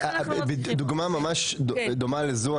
תיארתי בדיון הקודם דוגמה ממש דומה לזו,